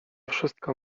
wszystko